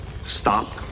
Stop